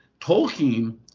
Tolkien